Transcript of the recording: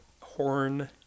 horn